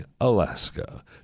Alaska